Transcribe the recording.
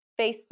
Facebook